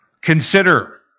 Consider